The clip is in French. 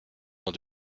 dans